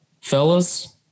fellas